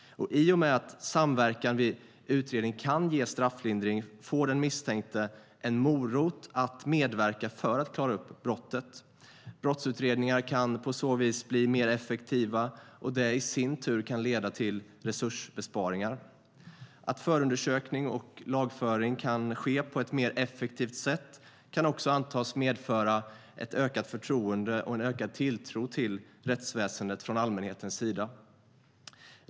I och med att samverkan vid utredningen kan ge strafflindring får den misstänkte en morot att medverka för att klara upp brottet. Brottsutredningar kan på så vis bli mer effektiva, och det kan i sin tur leda till resursbesparingar. Att förundersökning och lagföring kan ske på ett mer effektivt sätt kan också antas medföra ett ökat förtroende för och ökad tilltro till rättsväsendet från allmänhetens sida.